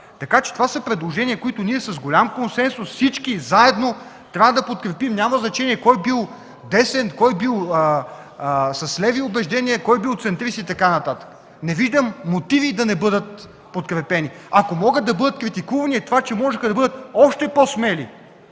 места?! Това са предложения, които всички ние заедно трябва да подкрепим, няма значение кой бил десен, кой – с леви убеждения, кой бил центрист и така нататък. Не виждам мотиви да не бъдат подкрепени. Ако могат да бъдат критикувани, то е, че можеха да бъдат още по-смели.